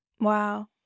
Wow